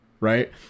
right